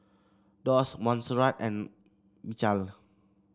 Doss Monserrat and Michal